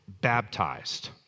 baptized